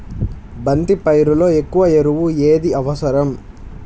బంతి పైరులో ఎక్కువ ఎరువు ఏది అవసరం?